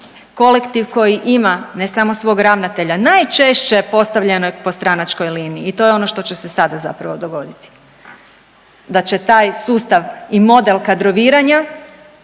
kolektiv koji ima ne samo svog ravnatelja. Najčešće postavljenog po stranačkoj liniji i to je ono što će se sada zapravo dogoditi da će taj sustav i model kadroviranja